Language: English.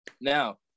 Now